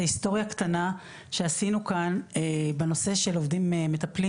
היסטוריה קטנה שעשינו כאן בנושא של עובדים מטפלים